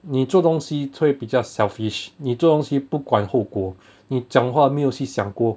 你做东西会比较 selfish 你做东西不管后果你讲话没有去想过